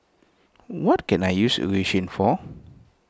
what can I use Eucerin for